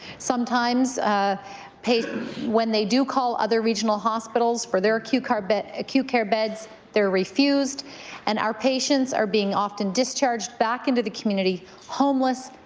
sometimes when they do call other regional hospitals for their acute care but acute care beds they're refused and outpatients are being often discharged back into the community homeless,